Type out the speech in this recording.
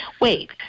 Wait